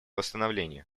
восстановления